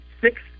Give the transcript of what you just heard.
Six